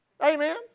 Amen